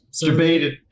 debated